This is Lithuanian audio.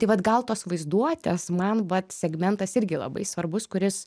tai vat gal tos vaizduotės man vat segmentas irgi labai svarbus kuris